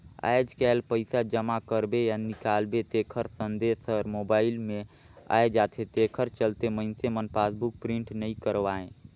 आयज कायल पइसा जमा करबे या निकालबे तेखर संदेश हर मोबइल मे आये जाथे तेखर चलते मइनसे मन पासबुक प्रिंट नइ करवायें